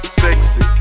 sexy